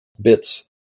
bits